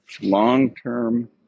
long-term